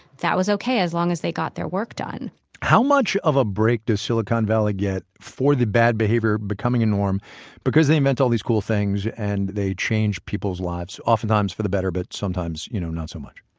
that was ok as long as they got their work done how much of a break does silicon valley get for the bad behavior becoming the norm because they invent all these cool things and they change people's lives, oftentimes for the better, but sometimes, you know, not so much?